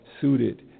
suited